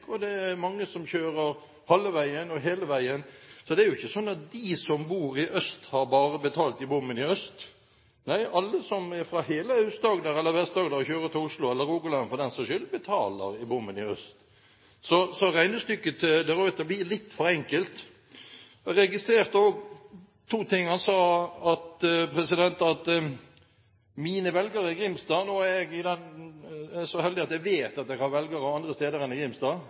og det er mange som kjører halve veien, og mange som kjører hele veien, så det er ikke slik at de som bor i øst, bare har betalt i bommen i øst. Nei, alle som er fra hele Aust-Agder, eller Vest-Agder, og kjører til Oslo, eller Rogaland for den saks skyld, betaler i bommen i øst. Så regnestykket til de Ruiter blir litt for enkelt. Jeg registrerte også to ting. Han snakket om mine velgere i Grimstad. Nå er jeg så heldig at jeg vet at jeg har velgere andre steder enn i Grimstad,